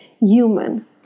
human